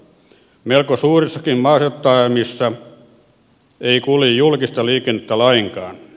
melko suurissakin maaseututaajamissa ei kulje julkista liikennettä lainkaan